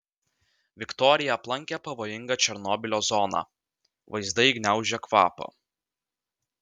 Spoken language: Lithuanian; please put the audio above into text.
viktorija aplankė pavojingą černobylio zoną vaizdai gniaužia kvapą